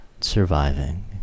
Surviving